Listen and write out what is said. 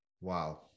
Wow